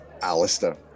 Alistair